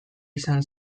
izan